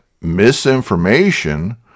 misinformation